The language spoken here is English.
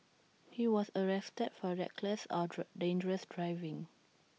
he was arrested for reckless or dangerous driving